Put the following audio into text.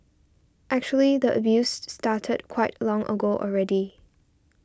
actually the abused started quite long ago already